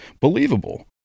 believable